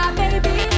baby